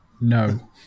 No